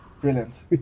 Brilliant